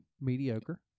mediocre